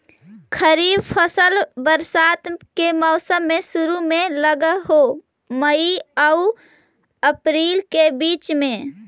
खरीफ फसल बरसात के मौसम के शुरु में लग हे, मई आऊ अपरील के बीच में